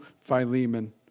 Philemon